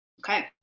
Okay